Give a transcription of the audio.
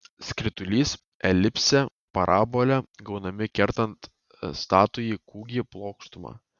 skritulys elipsė parabolė gaunami kertant statųjį kūgį plokštuma